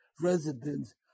residents